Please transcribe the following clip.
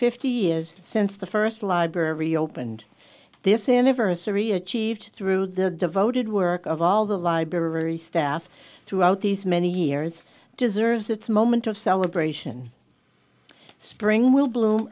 fifty is since the first library opened this anniversary achieved through the devoted work of all the library staff throughout these many years deserves its moment of celebration spring will bloom